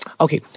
Okay